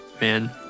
Man